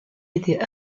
était